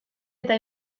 eta